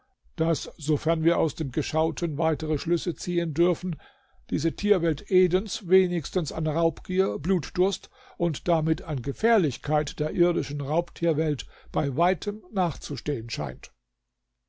daß sofern wir aus dem geschauten weitere schlüsse ziehen dürfen diese tierwelt edens wenigstens an raubgier blutdurst und damit an gefährlichkeit der irdischen raubtierwelt bei weitem nachzustehen scheint